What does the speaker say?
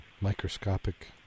microscopic